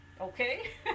okay